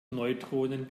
neutronen